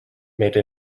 made